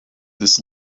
this